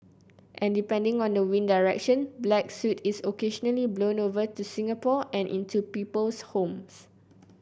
and depending on the wind direction black soot is occasionally blown over to Singapore and into people's homes